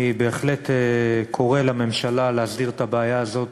אני בהחלט קורא לממשלה להסדיר את הבעיה הזאת